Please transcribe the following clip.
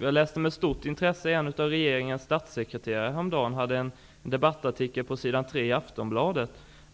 Jag läste häromdagen med stort intresse en debattartikel av regeringens statssekreterare på s.3 i Aftonbladet.